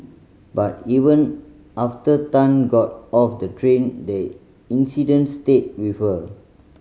but even after Tan got off the train the incident stayed with her